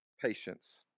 patience